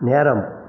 நேரம்